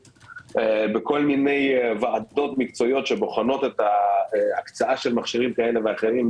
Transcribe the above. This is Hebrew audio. בכל מיני ועדות מקצועיות שבוחנו את ההקצאה של מכשירים כאלה ואחרים.